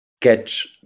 catch